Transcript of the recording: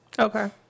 Okay